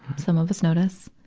some of us notice,